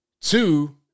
two